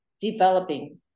developing